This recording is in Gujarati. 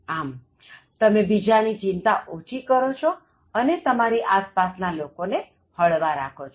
આમતમે બીજાની ચિંતા ઓછી કરો છો અને તમારી આસપાસ ના લોકોને હ્ળવા રાખો છો